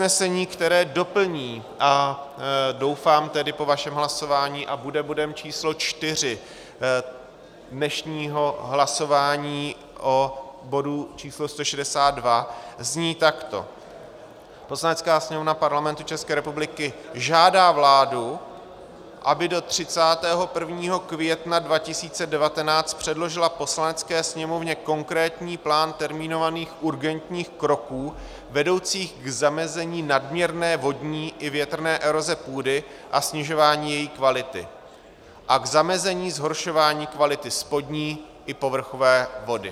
To usnesení, které doplní, doufám tedy, po vašem hlasování a bude bodem číslo 4 dnešního hlasování o bodu číslo 162, zní takto: Poslanecká sněmovna Parlamentu České republiky žádá vládu, aby do 31. května 2019 předložila Poslanecké sněmovně konkrétní plán termínovaných urgentních kroků vedoucích k zamezení nadměrné vodní i větrné eroze půdy a snižování její kvality a k zamezení zhoršování kvality spodní i povrchové vody.